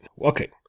Okay